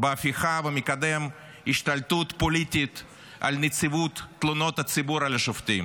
בהפיכה ומקדם השתלטות פוליטית של נציבות תלונות הציבור על השופטים.